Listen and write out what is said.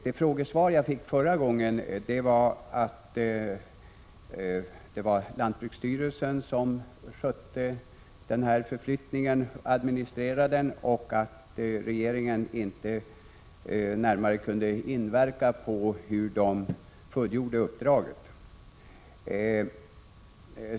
Det svar jag fick var att det var lantbruksstyrelsen som administrerade förflyttningen och att regeringen inte närmare kunde påverka hur den fullgjorde uppdraget.